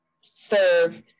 serve